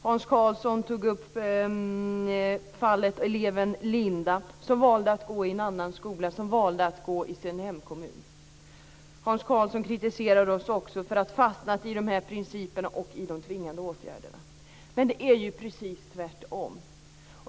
Hans Karlsson tog upp fallet med eleven Linda som valde att gå i en skola i sin hemkommun. Hans Karlsson kritiserade oss också för att ha fastnat i principerna och i de tvingande åtgärderna. Men det är precis tvärtom.